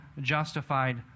justified